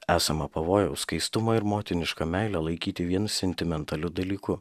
esama pavojaus skaistumą ir motinišką meilę laikyti vien sentimentaliu dalyku